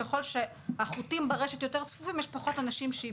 ככל שהחוטים ברשת צפופים יותר אז פחות אנשים ייפלו.